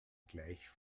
gleich